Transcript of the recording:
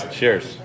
Cheers